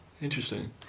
Interesting